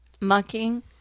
Mucking